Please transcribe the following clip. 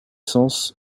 sens